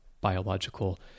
biological